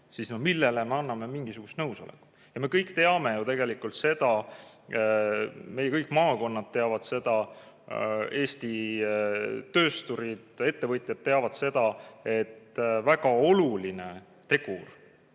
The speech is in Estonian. Millele me anname mingisuguse nõusoleku? Ja me kõik teame ju tegelikult seda, kõik meie maakonnad teavad seda, Eesti töösturid, ettevõtjad teavad seda, et väga oluline tegur